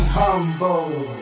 humble